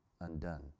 undone